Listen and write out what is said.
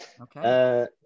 Okay